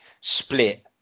split